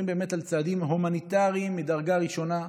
באמת על צעדים הומניטריים מדרגה ראשונה.